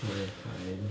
tired